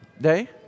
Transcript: Day